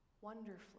wonderfully